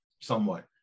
somewhat